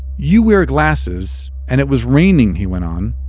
you wear glasses and it was raining, he went on.